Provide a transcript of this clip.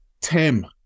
Tim